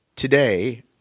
Today